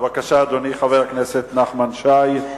בבקשה, אדוני חבר הכנסת נחמן שי.